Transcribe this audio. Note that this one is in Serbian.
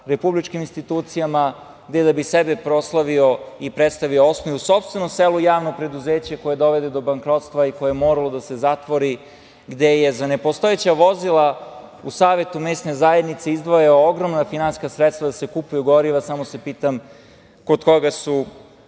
republičkim institucijama, da bi sebe proslavio i predstavio, osnovao u sopstvenom selu javno preduzeće koje dovodi do bankrotstva i koje je moralo da se zatvori, gde je za nepostojeća vozila u Savetu mesne zajednice izdvajao ogromna finansijska sredstva da se kupuju goriva. Samo se pitam, kod koga su